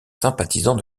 sympathisant